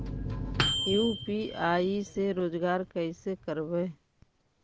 UPI से रोजगार कैसे करबय?